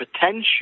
potential